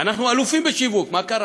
אנחנו אלופים בשיווק, מה קרה,